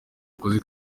akoze